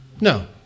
No